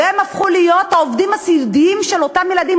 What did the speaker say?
הפכו להיות העובדים הסיעודיים של אותם ילדים,